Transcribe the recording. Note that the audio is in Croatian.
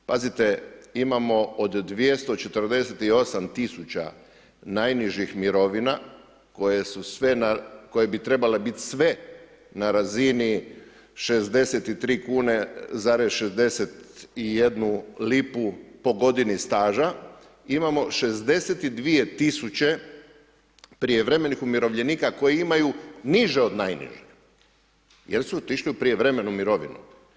Pazite imamo od 248 tisuća najnižih mirovina koje su sve na, koje bi trebale bit sve na razini 63 kune zarez 61 lipu po godini staža imamo 62 tisuće prijevremenih umirovljenika koji imaju niže od najniže jer su otišli u prijevremenu mirovinu.